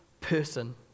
person